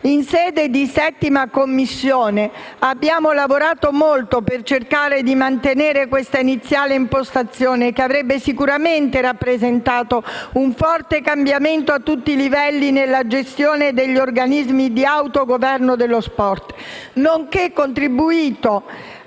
In sede di 7a Commissione abbiamo lavorato molto per cercare di mantenere questa iniziale impostazione, che avrebbe sicuramente rappresentato un forte cambiamento a tutti i livelli nella gestione degli organismi di autogoverno dello sport, nonché contribuito